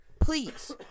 please